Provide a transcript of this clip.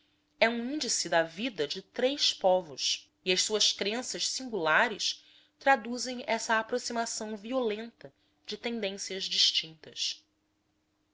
é um índice da vida de três povos e as suas crenças singulares traduzem essa aproximação violenta de tendências distintas